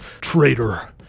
traitor